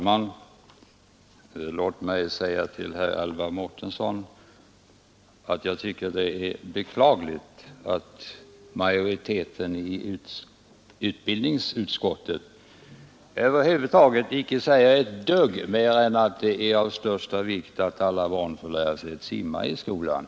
Fru talman! Jag tycker att det är beklagligt, herr Mårtensson, att utbildningsutskottets majoritet över huvud taget icke säger ett dugg mer än att det är av största vikt att alla barn får lära sig simma i skolan.